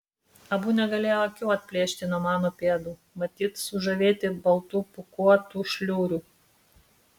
abu negalėjo akių atplėšti nuo mano pėdų matyt sužavėti baltų pūkuotų šliurių